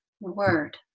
word